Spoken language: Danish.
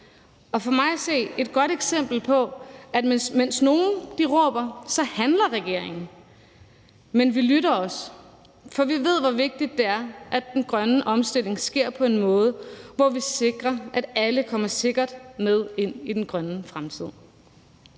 og for mig at se er det et godt eksempel på, at mens nogle råber, handler regeringen, men vi lytter også, for vi ved, hvor vigtigt det er, at den grønne omstilling sker på en måde, hvor vi sikrer, at alle kommer sikkert med ind i den grønne fremtid.